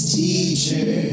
teacher